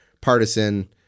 partisan